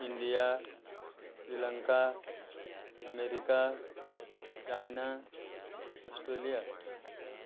India Sri Lanka America China Australia